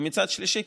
ומצד שלישי,